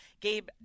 Gabe